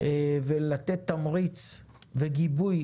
ולתת תמריץ וגיבוי